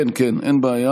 כן, כן, אין בעיה.